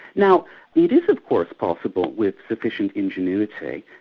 now it is of course possible, with sufficient ingenuity,